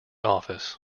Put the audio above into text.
office